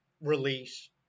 release